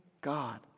God